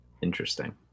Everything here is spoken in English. Interesting